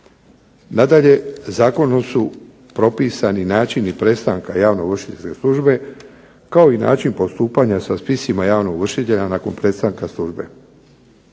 Nadalje, zakonom su propisani načini prestanka javno ovršiteljske službe kao i način postupanja sa spisima javnog ovršitelja nakon prestanka službe.